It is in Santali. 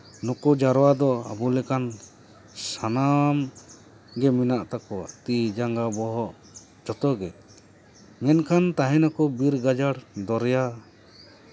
ᱱᱩᱠᱩ ᱡᱟᱣᱨᱟ ᱫᱚ ᱟᱵᱚ ᱞᱮᱠᱟᱱ ᱥᱟᱱᱟᱢ ᱜᱮ ᱢᱮᱱᱟᱜ ᱛᱟᱠᱚᱣᱟ ᱛᱤ ᱡᱟᱸᱜᱟ ᱵᱚᱦᱚᱜ ᱡᱚᱛᱚ ᱜᱮ ᱢᱮᱱᱠᱷᱟᱱ ᱛᱟᱦᱮᱸ ᱱᱟᱠᱚ ᱵᱤᱨ ᱜᱟᱡᱟᱲ ᱫᱚᱨᱭᱟ